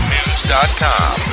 News.com